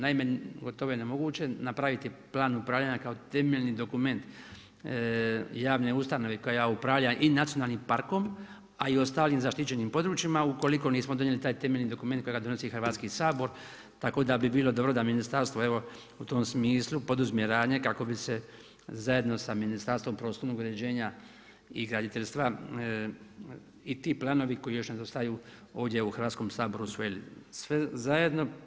Naime, o tome nemoguće napraviti plan upravljanja kao temelji dokument javne ustanove koja upravlja i nacionalnim parkom a i ostalim zaštićenim područjima ukoliko nismo donijeli taj temeljni dokument kojeg donosi Hrvatski sabor, tako da bi bilo dobro da ministarstvo, evo u tom smislu poduzme radnje kako bi se zajedno sa Ministarstvom prostornog uređenja i graditeljstva i ti planovi koji još nedostaju ovdje u Hrvatskom saboru, sveli sve zajedno.